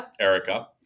Erica